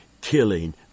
killing